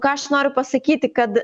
ką aš noriu pasakyti kad